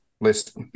list